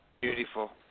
Beautiful